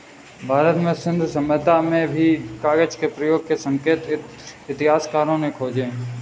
भारत में सिन्धु सभ्यता में भी कागज के प्रयोग के संकेत इतिहासकारों ने खोजे हैं